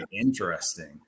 Interesting